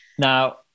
Now